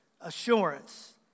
assurance